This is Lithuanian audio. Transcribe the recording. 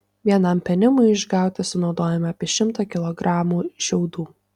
vienam penimiui išauginti sunaudojama apie šimtą kilogramų šiaudų